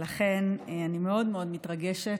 ולכן אני מאוד מאוד מתרגשת.